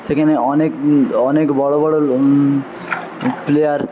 সেখানে অনেক অনেক বড় বড় প্লেয়ার